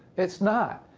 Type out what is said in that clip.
it's not.